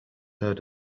heard